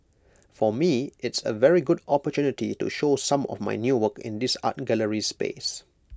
for me it's A very good opportunity to show some of my new work in this art gallery space